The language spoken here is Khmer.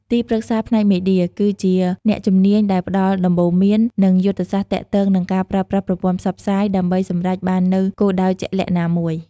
ទីប្រឹក្សាផ្នែកមេឌៀ គឺជាអ្នកជំនាញដែលផ្ដល់ដំបូន្មាន និងយុទ្ធសាស្ត្រទាក់ទងនឹងការប្រើប្រាស់ប្រព័ន្ធផ្សព្វផ្សាយ ដើម្បីសម្រេចបាននូវគោលដៅជាក់លាក់ណាមួយ។